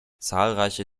zahlreiche